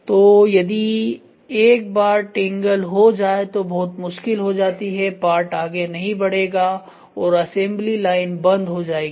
तो यदि एक बार टेंगल हो जाए तो बहुत मुश्किल हो जाती है पार्ट आगे नहीं बढ़ेगा और असेंबली लाइन बंद हो जाएगी